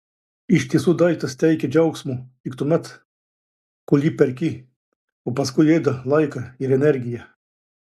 iš tiesų daiktas teikia džiaugsmo tik tuomet kol jį perki o paskui ėda laiką ir energiją